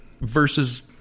versus